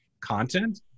content